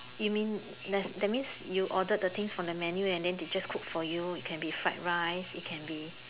you mean let's that means you order the things from the menu and then they just cook for you it can be fried rice it can be